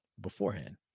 beforehand